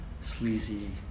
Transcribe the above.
sleazy